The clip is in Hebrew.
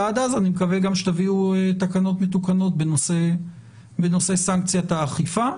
עד אז אני מקווה שתביאו תקנות מתוקנות בנושא סנקציית האכיפה.